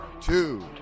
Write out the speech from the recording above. two